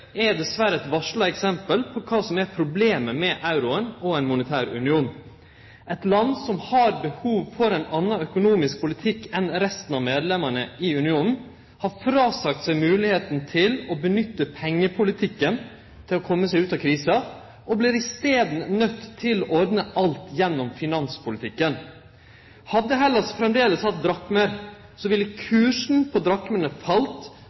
er dessverre eit varsla eksempel på kva som er problemet med euroen og ein monetær union. Eit land som har behov for ein annan økonomisk politikk enn resten av medlemene i unionen, har fråsagt seg moglegheita til å nytte seg av pengepolitikken til å kome seg ut av krisa, og blir i staden nøydt til å ordne alt gjennom finanspolitikken. Hadde Hellas framleis hatt drakmar, ville kursen på